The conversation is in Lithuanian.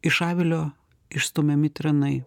iš avilio išstumiami tranai